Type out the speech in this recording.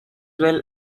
well